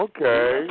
Okay